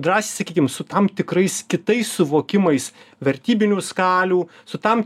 drąsiai sakykim su tam tikrais kitais suvokimais vertybinių skalių su tam